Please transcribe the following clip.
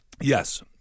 Yes